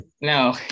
No